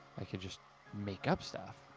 i could just make up stuff.